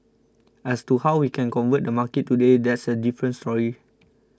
as to how we can convert the market today that's a different story